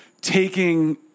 taking